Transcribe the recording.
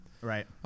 Right